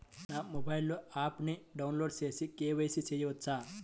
నా మొబైల్లో ఆప్ను డౌన్లోడ్ చేసి కే.వై.సి చేయచ్చా?